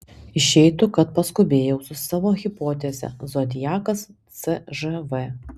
išeitų kad paskubėjau su savo hipoteze zodiakas cžv